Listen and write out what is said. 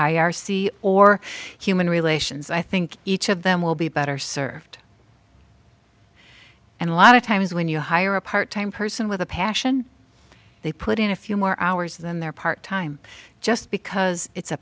c or human relations i think each of them will be better served and a lot of times when you hire a part time person with a passion they put in a few more hours than their part time just because it's a